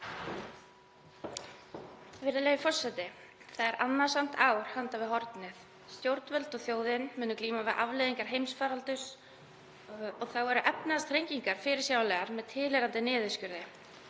Virðulegi forseti. Það er annasamt ár handan við hornið. Stjórnvöld og þjóðin munu glíma við afleiðingar heimsfaraldurs og þá eru efnahagsþrengingar fyrirsjáanlegar með tilheyrandi niðurskurði.